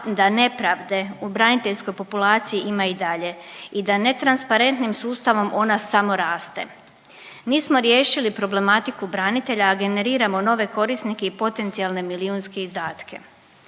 da nepravde u braniteljskoj populaciji ima i dalje i da ne transparentnim sustavom ona samo raste. Nismo riješili problematiku branitelja, a generiramo nove korisnike i potencijalne milijunske izdatke.